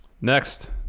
Next